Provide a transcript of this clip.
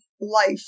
life